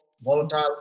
Volatile